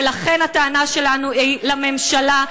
ולכן הטענה שלנו היא לממשלה.